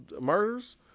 murders